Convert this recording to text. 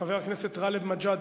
חבר הכנסת גאלב מג'אדלה,